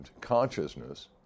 consciousness